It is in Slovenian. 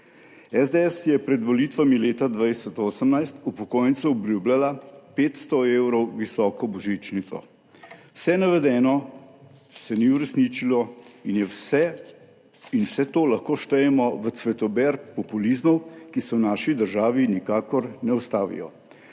SDS je pred volitvami leta 2018 upokojencem obljubljala 500 evrov visoko božičnico. Vse navedeno se ni uresničilo in vse to lahko štejemo v cvetober populizmov, ki se v naši državi nikakor ne ustavijo.